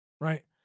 right